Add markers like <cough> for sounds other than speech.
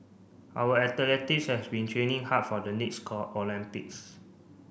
our athletics have been training hard for the next <unintelligible> Olympics